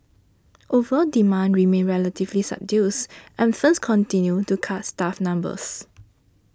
overall demand remained relatively subdued and firms continued to cut staff numbers